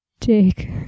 Jake